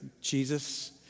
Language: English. Jesus